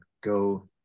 go